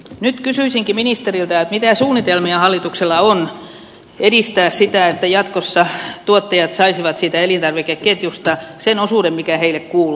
nyt kysyisinkin ministeriltä mitä suunnitelmia hallituksella on edistää sitä että jatkossa tuottajat saisivat siitä elintarvikeketjusta sen osuuden mikä heille kuuluu